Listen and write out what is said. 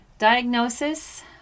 diagnosis